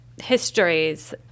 histories